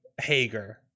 Hager